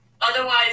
Otherwise